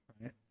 right